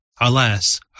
Alas